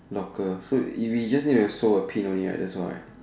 locker so if we need just need to sew a pin only right that's right